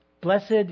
Blessed